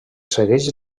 segueix